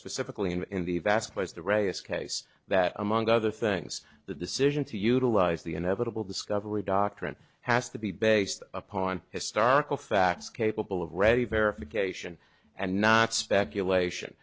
specifically and in the vast place the readiest case that among other things the decision to utilize the inevitable discovery doctrine has to be based upon historical facts capable of ready verification and not speculation